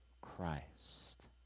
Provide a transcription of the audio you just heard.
Christ